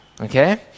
okay